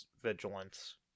vigilance